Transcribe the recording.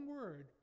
word